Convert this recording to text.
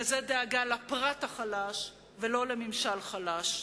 וזה דאגה לפרט החלש ולא לממשל חלש.